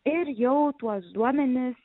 ir jau tuos duomenis